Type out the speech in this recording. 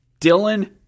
Dylan